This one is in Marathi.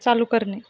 चालू करणे